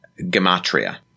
gematria